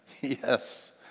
Yes